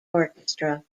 orchestra